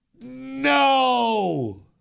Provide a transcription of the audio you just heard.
No